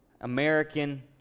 American